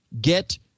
get